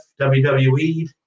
WWE